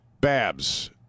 Babs